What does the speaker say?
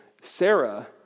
Sarah